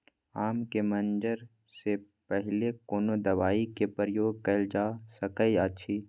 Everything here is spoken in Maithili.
आम के मंजर से पहिले कोनो दवाई के प्रयोग कैल जा सकय अछि?